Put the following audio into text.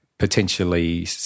Potentially